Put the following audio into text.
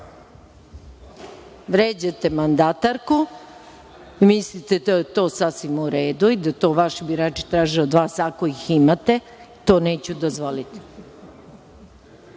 kaznu. Vređate mandatarku, mislite to je to sasvim u redu i da to vaši birači traže od vas, ako ih imate. To neću dozvoliti,